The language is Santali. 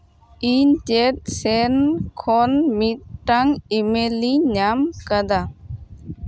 ᱤᱧ ᱪᱮᱫ ᱥᱮᱱ ᱠᱷᱚᱱ ᱢᱤᱫᱴᱟᱝ ᱤᱼᱢᱮᱞ ᱤᱧ ᱧᱟᱢ ᱟᱠᱟᱫᱟ